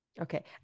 Okay